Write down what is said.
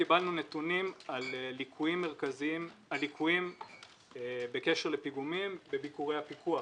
קיבלנו נתונים על ליקויים בקשר לפיגומים בביקורי הפיקוח